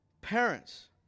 Parents